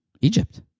Egypt